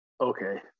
Okay